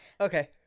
Okay